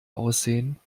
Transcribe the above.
aussehen